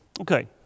Okay